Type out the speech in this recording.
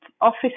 office